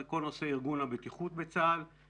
זה כל נושא ארגון הבטיחות בצבא הגנה לישראל,